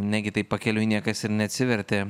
negi taip pakeliui niekas ir neatsivertė